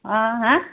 অঁ হা